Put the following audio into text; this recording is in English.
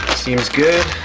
seems good.